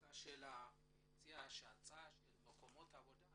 ההיצע של מקומות עבודה